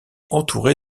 entouré